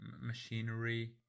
machinery